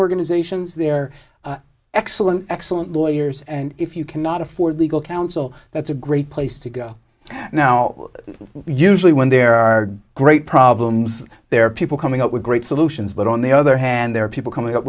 organizations they're excellent excellent lawyers and if you you cannot afford legal counsel that's a great place to go now usually when there are great problems there are people coming up were great solutions but on the other hand there are people coming up